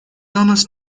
honest